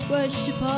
Worship